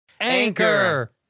Anchor